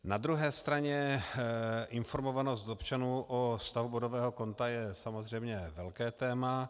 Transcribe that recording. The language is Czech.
Na druhé straně informovanost občanů o stavu bodového konta je samozřejmě velké téma.